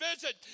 visit